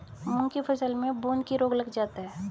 मूंग की फसल में बूंदकी रोग लग जाता है